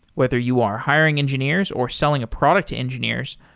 whether you are hiring engineers or selling a product to engineers,